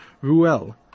Ruel